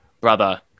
brother